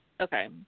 okay